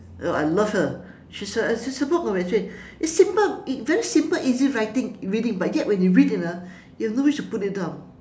oh I love her she's a you know actually it's simple very simple easy writing reading but yet when you read it ah you have no wish to put it down